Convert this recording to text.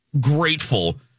grateful